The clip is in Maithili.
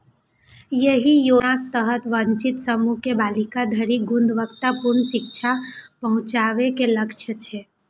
एहि योजनाक तहत वंचित समूह के बालिका धरि गुणवत्तापूर्ण शिक्षा पहुंचाबे के लक्ष्य छै